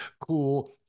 Cool